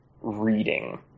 reading